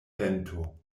vento